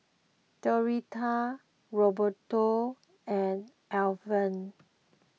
Doretta Roberto and Alvan